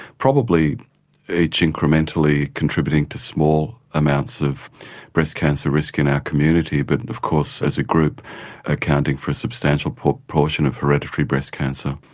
probably each incrementally contributing to small amounts of breast cancer risk in our community, but and of course as a group accounting for a substantial proportion of hereditary breast cancer.